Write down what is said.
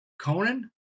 Conan